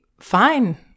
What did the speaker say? fine